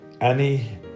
Annie